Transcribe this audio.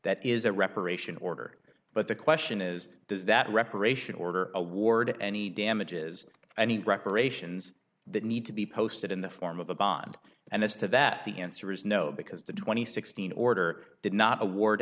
that is a reparation order but the question is does that reparation order award any damages and reparations that need to be posted in the form of a bond and as to that the answer is no because the twenty sixteen order did not award